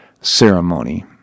ceremony